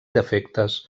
defectes